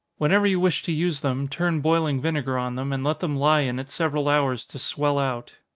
whenever you wish to use them, turn boiling vinegar on them, and let them lie in it several hours to swell out.